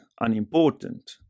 unimportant